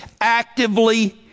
actively